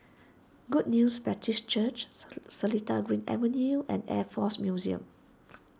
Good News Baptist Church's Seletar Green Avenue and Air force Museum